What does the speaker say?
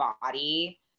body